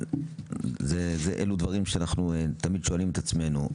אילו דברים שאנחנו שואלים את עצמנו.